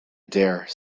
dare